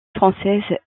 française